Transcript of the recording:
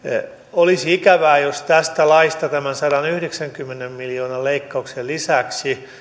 olisi ikävää jos tästä laista tämän sadanyhdeksänkymmenen miljoonan leikkauksen lisäksi